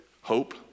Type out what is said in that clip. Hope